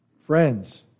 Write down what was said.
friends